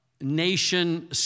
nation